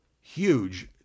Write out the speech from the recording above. huge